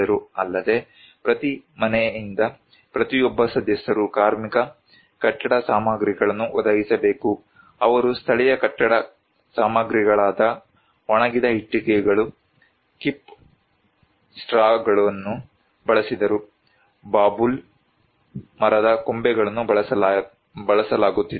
ಅಲ್ಲದೆ ಪ್ರತಿ ಮನೆಯಿಂದ ಪ್ರತಿಯೊಬ್ಬ ಸದಸ್ಯರು ಕಾರ್ಮಿಕ ಕಟ್ಟಡ ಸಾಮಗ್ರಿಗಳನ್ನು ಒದಗಿಸಬೇಕು ಅವರು ಸ್ಥಳೀಯ ಕಟ್ಟಡ ಸಾಮಗ್ರಿಗಳಾದ ಒಣಗಿದ ಇಟ್ಟಿಗೆಗಳು ಖಿಪ್ ಸ್ಟ್ರಾಗಳನ್ನು ಬಳಸಿದರು ಬಾಬೂಲ್ ಮರದ ಕೊಂಬೆಗಳನ್ನು ಬಳಸಲಾಗುತ್ತಿತ್ತು